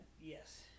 Yes